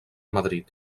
madrid